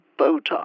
Botox